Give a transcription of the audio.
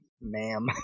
Ma'am